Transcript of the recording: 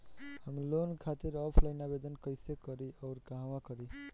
हम लोन खातिर ऑफलाइन आवेदन कइसे करि अउर कहवा करी?